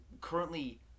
currently